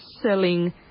selling